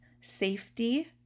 safety